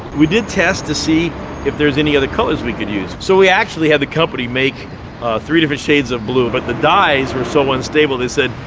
we did test to see if there is any other colors we could use. so we actually had the company make three different shades of blue, but the dyes were so unstable they said,